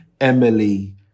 Emily